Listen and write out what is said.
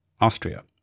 Austria